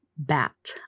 bat